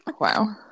Wow